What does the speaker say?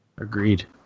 Agreed